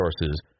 resources